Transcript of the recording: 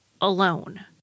alone